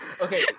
Okay